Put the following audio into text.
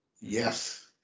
Yes